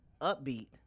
upbeat